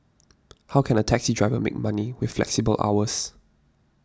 how can a taxi driver make money with flexible hours